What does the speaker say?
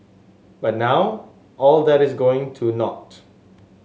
but now all that is going to naught